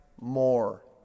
more